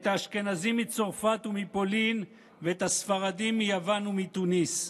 את האשכנזים מצרפת ומפולין ואת הספרדים מיוון ומתוניס.